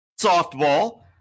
softball